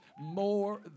more